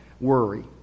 worry